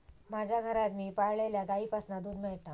माज्या घरात मी पाळलल्या गाईंपासना दूध मेळता